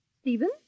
Stephen